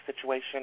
situation